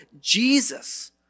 Jesus